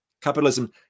capitalism